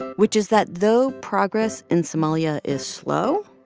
which is that though progress in somalia is slow,